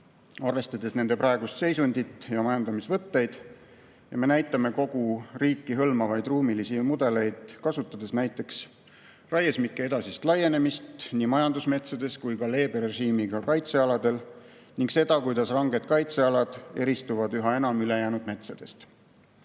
arvestades nende praegust seisundit ja majandamisvõtteid. Me näitame kogu riiki hõlmavaid ruumilisi mudeleid kasutades näiteks raiesmike edasist laienemist nii majandusmetsades kui ka leebe režiimiga kaitsealadel ning seda, kuidas ranged kaitsealad eristuvad üha enam ülejäänud metsadest.